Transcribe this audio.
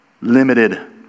limited